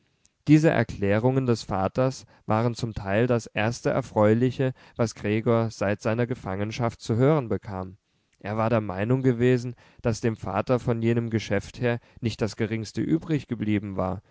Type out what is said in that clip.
diese erklärungen des vaters waren zum teil das erste erfreuliche was gregor seit seiner gefangenschaft zu hören bekam er war der meinung gewesen daß dem vater von jenem geschäft her nicht das geringste übriggeblieben war